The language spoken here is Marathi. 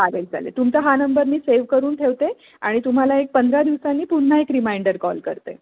चालेल चालेल तुमचा हा नंबर मी सेव्ह करून ठेवते आणि तुम्हाला एक पंधरा दिवसांनी पुन्हा एक रिमाइंडर कॉल करते